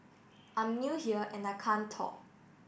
I'm new here and I can't talk